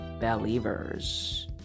Believers